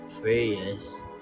prayers